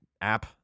app